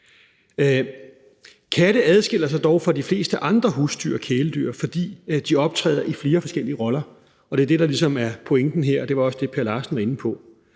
Katte adskiller sig dog fra de fleste andre husdyr og kæledyr, fordi de optræder i flere forskellige roller, og det er det, der ligesom er pointen her, og det var også det, hr. Per Larsen var inde på